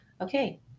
okay